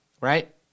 right